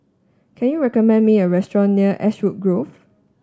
can you recommend me a restaurant near Ashwood Grove